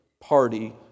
party